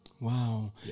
Wow